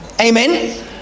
Amen